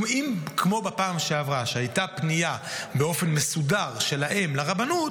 אם כמו בפעם שעברה, שבה הייתה פנייה שלהם לרבנות